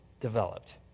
developed